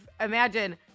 imagine